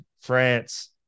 France